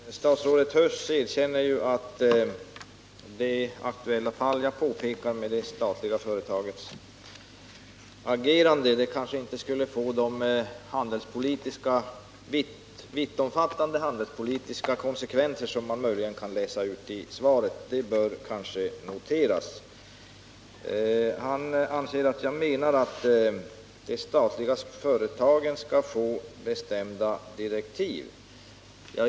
Herr talman! Statsrådet Huss erkänner att det fall jag pekat på när det gäller ett statligt företags agerande kanske inte kommer att få de omfattande handelspolitiska konsekvenser som man möjligen kan utläsa ur svaret. Det bör kanske noteras. Statsrådet gör gällande att jag anser att det statliga företaget skall få bestämda direktiv.